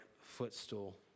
footstool